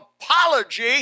apology